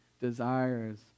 desires